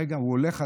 רגע, הוא הולך?